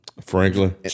Franklin